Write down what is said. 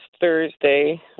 Thursday